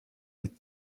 with